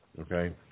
Okay